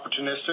opportunistic